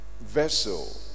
vessel